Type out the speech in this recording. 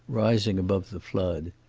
rising above the flood.